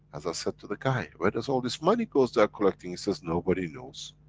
as i said to the guy, where does all this money goes they are collecting? he says, nobody knows.